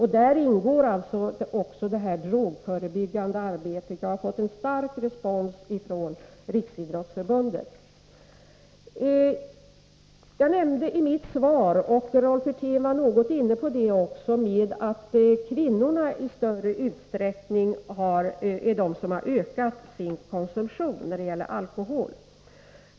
Här ingår även drogförebyggande arbete, och jag har fått stark respons från Riksidrottsförbundet. Jag nämnde i mitt svar — och Rolf Wirtén var inne på det något också — att kvinnor är de som i större utsträckning har ökat sin konsumtion av alkohol.